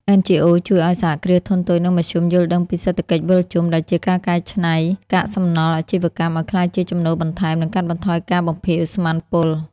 NGOs ជួយឱ្យ សហគ្រាសធុនតូច និងមធ្យម យល់ដឹងពីសេដ្ឋកិច្ចវិលជុំ ដែលជាការកែច្នៃកាកសំណល់អាជីវកម្មឱ្យក្លាយជាចំណូលបន្ថែម និងកាត់បន្ថយការបំភាយឧស្ម័នពុល។